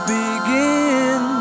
begin